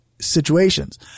situations